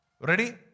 Ready